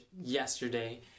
yesterday